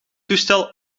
toestel